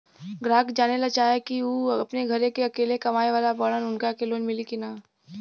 ग्राहक जानेला चाहे ले की ऊ अपने घरे के अकेले कमाये वाला बड़न उनका के लोन मिली कि न?